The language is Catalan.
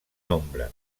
nombre